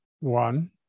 one